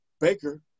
Baker